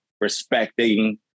respecting